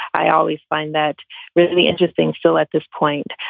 i always find that really interesting still at this point.